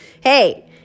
hey